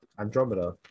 Andromeda